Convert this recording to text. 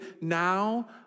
Now